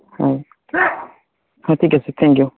হয় ঠিক আছে থেংক ইউ